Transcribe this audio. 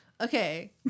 Okay